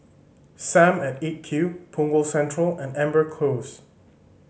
Sam at Eight Q Punggol Central and Amber Close